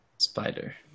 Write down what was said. Spider